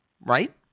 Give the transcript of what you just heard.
right